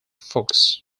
fuchs